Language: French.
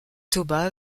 toba